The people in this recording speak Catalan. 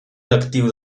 lectiu